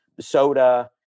soda